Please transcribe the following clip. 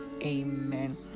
Amen